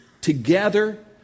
together